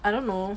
I don't know